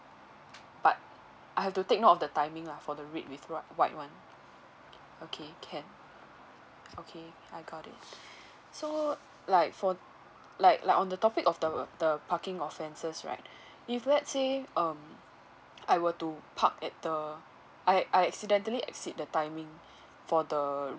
but I have to take note of the timing lah for the red with whi~ white one okay can okay I got it so like for like like on the topic of the the parking offences right if let's say um I were to park at the I I accidentally exceed the timing for the